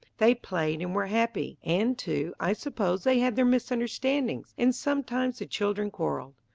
they played and were happy. and too, i suppose they had their misunderstandings, and sometimes the children quarreled.